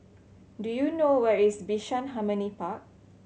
do you know where is Bishan Harmony Park